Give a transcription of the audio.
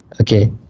Okay